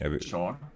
Sure